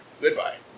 Goodbye